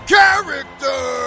Character